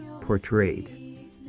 portrayed